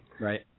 Right